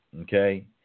okay